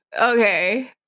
Okay